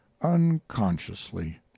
unconsciously